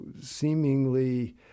seemingly